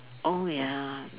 oh ya